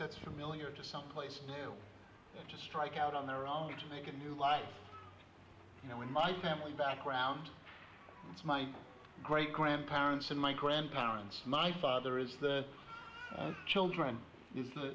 that's familiar to someplace new to strike out on their own to make a new life you know in my family background it's my great grandparents and my grandparents my father is that children